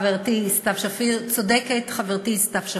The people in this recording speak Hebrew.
חברתי סתיו שפיר, צודקת חברתי סתיו שפיר,